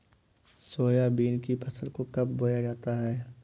Soybean की फसल को कब बोया जाता है?